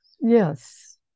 Yes